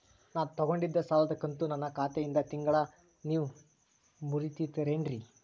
ನಾ ತೊಗೊಂಡಿದ್ದ ಸಾಲದ ಕಂತು ನನ್ನ ಖಾತೆಯಿಂದ ತಿಂಗಳಾ ನೇವ್ ಮುರೇತೇರೇನ್ರೇ?